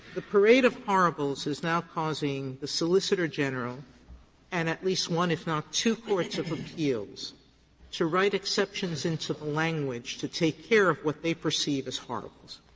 the parade of horribles is now causing the solicitor general and at least one, if not two, courts of appeals to write exceptions into the language to take care of what they perceive as horribles.